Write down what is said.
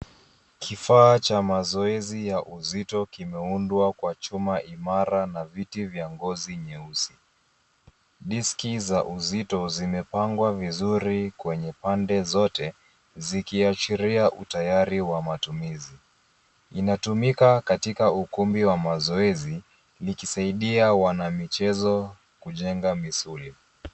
Kifaa cha mazoezi ya uzito kimeundwa kwa chuma imara na viti vya ngozi nyeusi. Diski za uzito zimepangwa vizuri kwenye pande zote, zikiashiria utayari wa matumizi. Inatumika katika ukumbi wa mazoezi, likisaidia wanamichezo kujenga misuli.